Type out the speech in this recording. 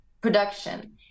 production